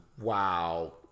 wow